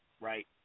right